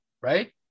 right